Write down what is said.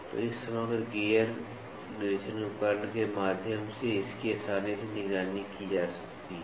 तो इस समग्र गियर निरीक्षण उपकरण के माध्यम से इसकी आसानी से निगरानी की जा सकती है